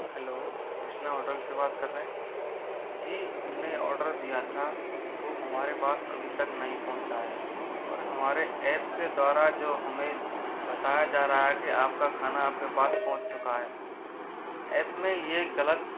hello Krishna hotel से बात कर रहें जी हमने ऑर्डर दिया था वो हमारे पास अभी तक नहीं पहुँचा है और हमारे ऐप के द्वारा जो हमें बताया जा रहा है कि आपका खाना आपके पास पहुँच चुका है ऐप में यह गलत